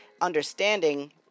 understanding